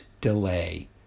delay